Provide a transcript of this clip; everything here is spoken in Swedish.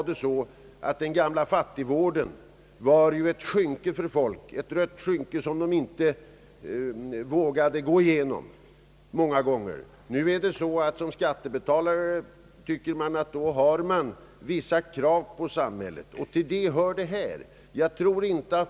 Den gamla fattigvården var tidigare ett rött skynke för folk, och många skämdes för att anlita den. Numera tycker man sig såsom skattebetalare ha vissa krav på samhället, och detta är något som hör dit.